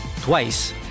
Twice